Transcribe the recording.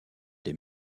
des